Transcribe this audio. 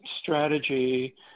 strategy